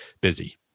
busy